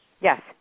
Yes